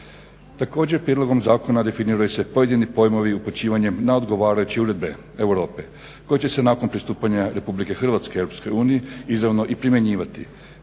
Također, prijedlogom zakona definiraju se pojedini pojmovi upućivanjem na odgovarajuće uredbe Europe koje će se nakon pristupanja RH Europskoj uniji izravno i primjenjivati.